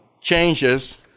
changes